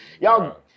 y'all